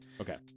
Okay